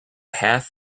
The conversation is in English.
half